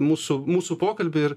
mūsų mūsų pokalbį ir